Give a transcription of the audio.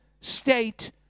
state